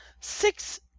six